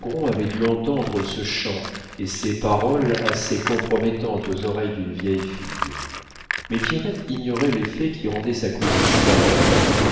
avait dû entendre ce chant et ces paroles assez compromettantes aux oreilles d'une vieille fille mais pierrette ignorait les faits qui rendaient sa cousine si alerte